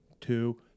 two